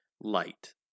light